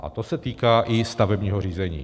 A to se týká i stavebního řízení.